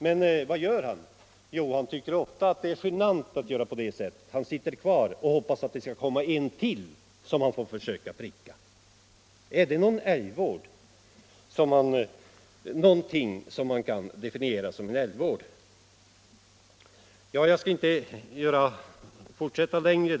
Men ofta tycker han att det är genant att göra på det sättet — han sitter kvar och hoppas att det skall komma en älg till som han får försöka pricka. Är det någonting som man kan definiera som älgvård? Jag skall inte fortsätta längre.